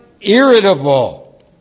irritable